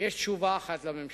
יש תשובה אחת לממשלה,